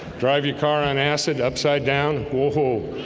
drive your car on acid upside down. whoa